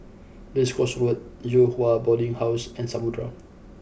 Race Course Road Yew Hua Boarding House and Samudera